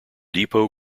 depot